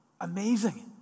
amazing